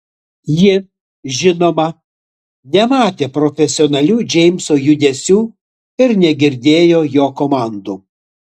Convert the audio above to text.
ji žinoma nematė profesionalių džeimso judesių ir negirdėjo jo komandų